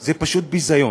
זה פשוט ביזיון.